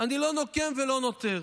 אני לא נוקם ולא נוטר.